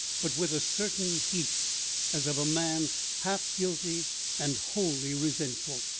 but with a certain heat as of a man half guilty and wholly resentful.